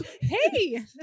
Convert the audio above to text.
Hey